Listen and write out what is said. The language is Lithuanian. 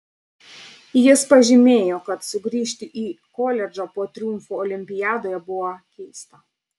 jis pažymėjo kad sugrįžti į koledžą po triumfo olimpiadoje buvo keista